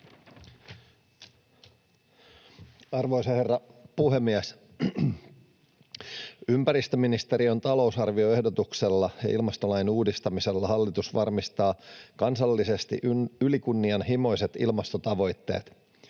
Arvoisa herra puhemies! Ympäristöministeriön talousarvioehdotuksella ja ilmastolain uudistamisella hallitus varmistaa kansallisesti ylikunnianhimoiset ilmastotavoitteet.